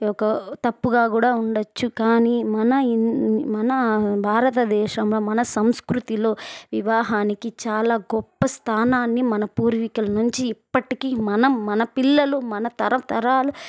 ఒక తప్పుగా కూడా ఉండొచ్చు కానీ మన మన భారత దేశంలో మన సంస్కృతిలో వివాహానికి చాలా గొప్ప స్థానాన్ని మన పూర్వీకుల నుంచి ఇప్పటికి మనం మన పిల్లలు మన తరతరాలు